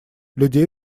людей